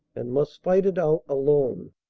and must fight it out alone.